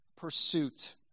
pursuit